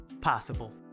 possible